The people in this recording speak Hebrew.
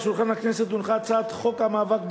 על שולחן הכנסת הונחה הצעת חוק המאבק בטרור,